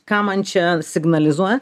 ką man čia signalizuoja